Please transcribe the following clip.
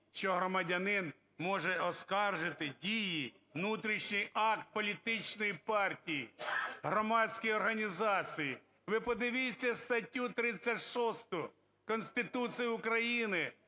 що громадянин може оскаржити дії, внутрішній акт політичної партії, громадської організації. Ви подивіться статтю 36 Конституції України,